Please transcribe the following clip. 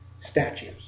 statues